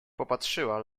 popatrzyła